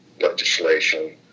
legislation